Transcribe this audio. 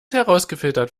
herausgefiltert